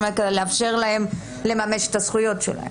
אלא כדי לאפשר להם לממש את הזכויות שלהם.